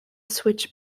switch